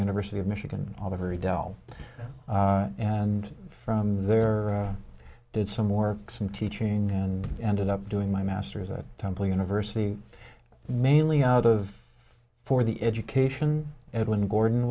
university of michigan on the very dell and from there i did some work some teaching and ended up doing my masters at temple university mainly out of for the education edwin gordon